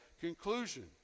conclusion